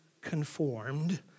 conformed